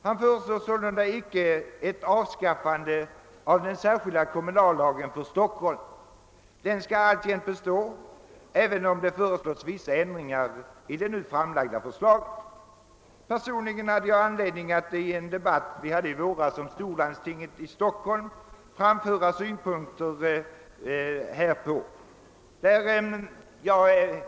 Han föreslår sålunda icke ett avskaffande av den särskilda kommunallagen för Stockholm. Den skall alltjämt bestå, även om i det nu framlagda förslaget föreslås vissa ändringar. Personligen hade jag tillfälle att i en debatt som vi hade i våras om storlandstinget i Stockholm framföra synpunkter härpå.